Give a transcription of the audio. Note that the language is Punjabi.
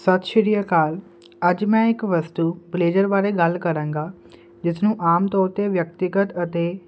ਸਤਿ ਸ਼੍ਰੀ ਅਕਾਲ ਅੱਜ ਮੈਂ ਇੱਕ ਵਸਤੂ ਬਲੇਜ਼ਰ ਬਾਰੇ ਗੱਲ ਕਰਾਂਗਾ ਜਿਸਨੂੰ ਆਮ ਤੋਰ ਤੇ ਵਿਅਕਤੀਗਤ ਅਤੇ